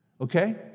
okay